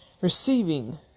Receiving